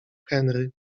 henry